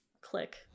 click